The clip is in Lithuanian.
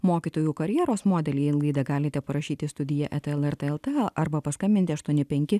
mokytojų karjeros modelį į laidą galite parašyti studija eta lrt lt arba paskambinti aštuoni penki